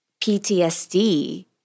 PTSD